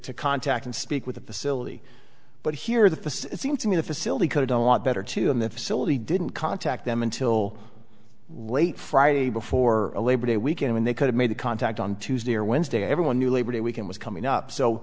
to contact and speak with the facility but here the seem to me the facility could've done a lot better too in the facility didn't contact them until late friday before labor day weekend when they could have made contact on tuesday or wednesday everyone knew labor day weekend was coming up so